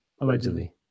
Allegedly